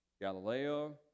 Galileo